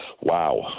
Wow